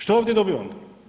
Što ovdje dobivamo?